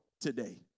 today